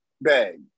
bag